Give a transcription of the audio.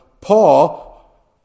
Paul